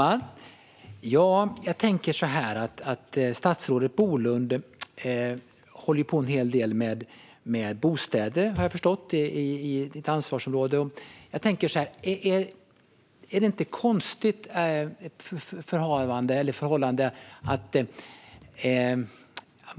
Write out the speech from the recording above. Herr talman! Jag tänker att statsrådet Bolund håller på en hel del med bostäder. Vad jag har förstått är det hans ansvarsområde. Är det inte ett konstigt förhållande